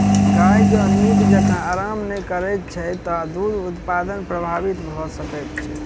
गाय जँ नीक जेँका आराम नै करैत छै त दूध उत्पादन प्रभावित भ सकैत छै